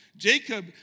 Jacob